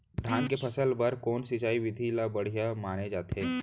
धान के फसल बर कोन सिंचाई विधि ला बढ़िया माने जाथे?